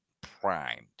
primed